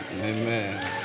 Amen